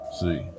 See